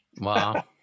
Wow